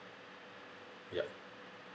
ya